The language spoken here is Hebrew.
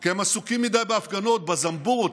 כי הם עסוקים מדי בהפגנות, בזמבורות.